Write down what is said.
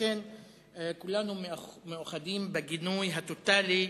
לכן כולנו מאוחדים בגינוי הטוטלי,